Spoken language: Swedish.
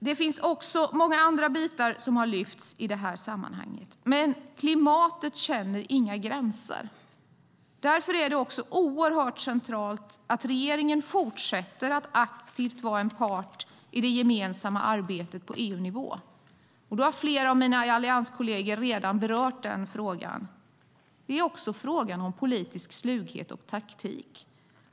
Det finns också många andra bitar som har lyfts fram i det här sammanhanget. Men klimatet känner inga gränser. Därför är det oerhört centralt att regeringen fortsätter att aktivt vara en part i det gemensamma arbetet på EU-nivå. Flera av mina allianskolleger har redan berört den frågan. Det är också fråga om politisk slughet och taktik.